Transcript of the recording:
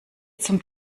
zum